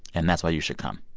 and that's why you should come.